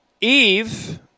Eve